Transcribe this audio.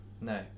no